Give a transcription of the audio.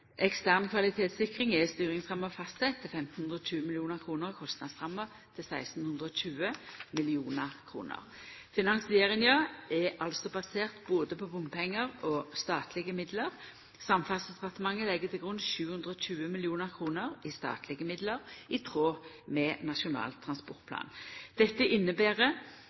ekstern kvalitetssikring, er styringsramma fastsett til 1 520 mill. kr og kostnadsramma til 1 620 mill. kr. Finansieringa er altså basert både på bompengar og statlege midlar. Samferdselsdepartementet legg til grunn 720 mill. kr i statlege midlar – i tråd med Nasjonal transportplan. Dette inneber